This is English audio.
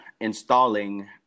installing